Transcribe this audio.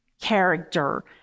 character